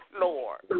Lord